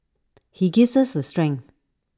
he gives us the strength